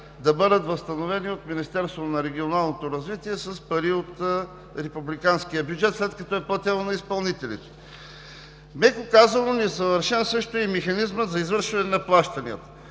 да бъдат възстановени от Министерството на регионалното развитие и благоустройството с пари от републиканския бюджет, след като е платено на изпълнителите? Меко казано, несъвършен е и механизмът за извършване на плащанията.